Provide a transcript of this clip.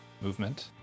movement